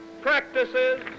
Practices